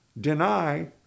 deny